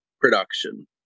production